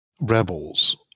rebels